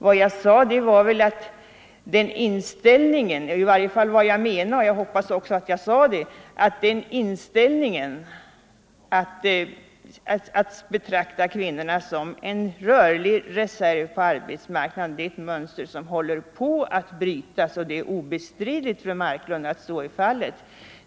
Vad jag menade — och jag hoppas att jag också sade det — var att den inställningen att kvinnorna skulle vara en rörlig reserv på arbetsmarknaden är ett mönster som håller på att brytas. Det är obestridligt, fru Marklund, att så är fallet.